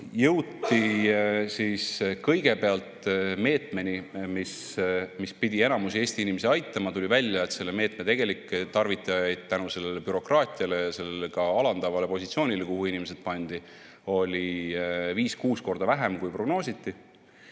jõuti kõigepealt meetmeni, mis pidi enamikku Eesti inimesi aitama. Tuli välja, et selle meetme tegelikke tarvitajaid tänu sellele bürokraatiale ja ka alandavale positsioonile, kuhu inimesed pandi, oli viis‑kuus korda vähem, kui prognoositi.